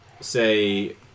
say